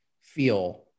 feel